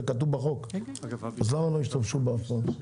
זה עיצום מצחיק.